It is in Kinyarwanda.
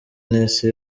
n’isi